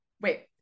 wait